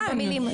תדייקי במילים.